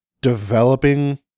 developing